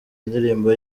indirimbo